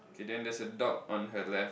okay then there's a dog on her left